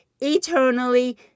eternally